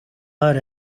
ойр